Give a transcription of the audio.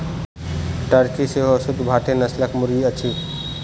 Turkey सेहो शुद्ध भारतीय नस्लक मुर्गी अछि